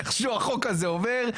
איכשהו החוק הזה עובר.